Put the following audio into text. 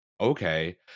okay